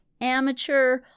amateur